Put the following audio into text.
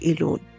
alone